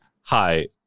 Hi